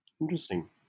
Interesting